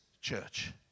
church